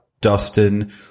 Dustin